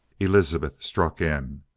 elizabeth struck in.